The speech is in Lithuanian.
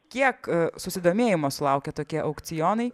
kiek susidomėjimo sulaukia tokie aukcionai